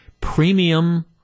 premium